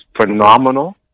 phenomenal